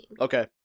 Okay